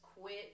quit